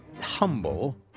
humble